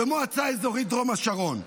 במועצה אזורית דרום השרון,